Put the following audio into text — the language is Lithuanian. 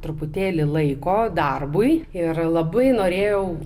truputėlį laiko darbui ir labai norėjau